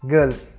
Girls